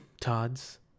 Todd's